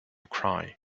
cry